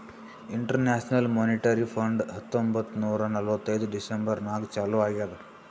international monetary fund ಹತ್ತೊಂಬತ್ತ್ ನೂರಾ ನಲ್ವತ್ತೈದು ಡಿಸೆಂಬರ್ ನಾಗ್ ಚಾಲೂ ಆಗ್ಯಾದ್